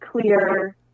clear